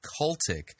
cultic